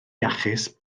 iachus